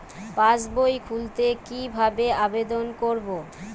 পাসবই খুলতে কি ভাবে আবেদন করব?